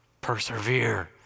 persevere